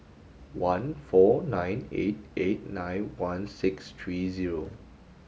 one four nine eight eight nine one six three zero